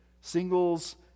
singles